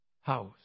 house